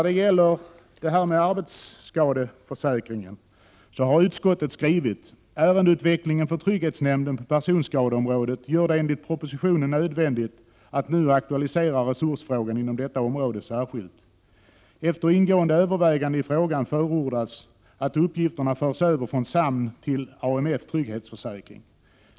Beträffande arbetsskadeförsäkringen har utskottet skrivit följande: ”Ärendeutvecklingen för trygghetsnämnden på personskadeområdet gör det enligt propositionen nödvändigt att nu aktualisera resursfrågan inom detta område särskilt. Efter ingående överväganden i frågan förordas att uppgifterna förs över från SAMN till AMF-trygghetsförsäkring.